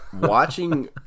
watching